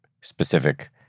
specific